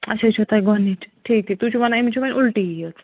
آچھا یہِ چھو تۄہہِ گۄڈٕنِچ ٹھیٖک ٹھیٖک تُہۍ چھو ونان أمس چھِ وۄنۍ اُلٹیی یٲژ